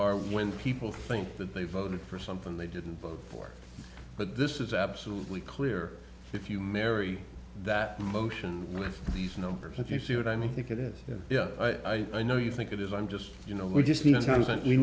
are when people think that they voted for something they didn't vote for but this is absolutely clear if you marry that motion with these numbers if you see what i mean i think it is yeah i i know you think it is i'm just you know we just need times w